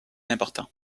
important